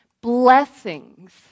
blessings